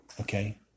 Okay